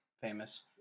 famous